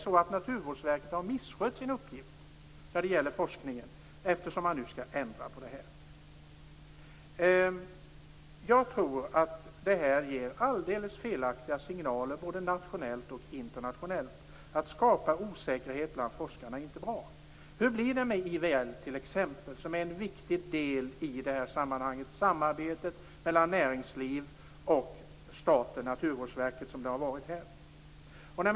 Har Naturvårdsverket misskött sin uppgift när det gäller forskningen eftersom man nu skall ändra på detta? Jag tror att det ger alldeles felaktiga signaler både nationellt och internationellt. Att skapa osäkerhet bland forskarna är inte bra. Hur blir det t.ex. med IVL, som är en viktig del i detta sammanhang, och samarbetet mellan näringsliv och staten, som här har varit Naturvårdsverket?